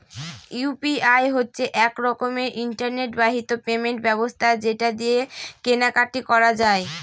UPI হচ্ছে এক রকমের ইন্টারনেট বাহিত পেমেন্ট ব্যবস্থা যেটা দিয়ে কেনা কাটি করা যায়